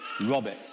Robert